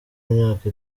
imyaka